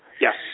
Yes